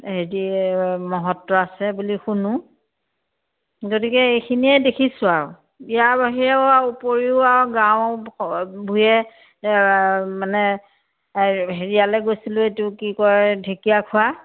হেৰি মহত্ব আছে বুলি শুনো গতিকে এইখিনিয়ে দেখিছোঁ আৰু ইয়াৰ বাহিৰেও আৰু উপৰিও আৰু গাঁও ভূঞে মানে হেৰিয়ালে গৈছিলোঁ এইটো কি কই ঢেকীয়াখোৱা